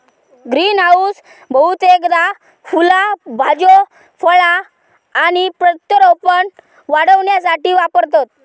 greenhouse बहुतेकदा फुला भाज्यो फळा आणि प्रत्यारोपण वाढविण्यासाठी वापरतत